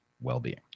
well-being